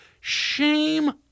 shame